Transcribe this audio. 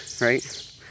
right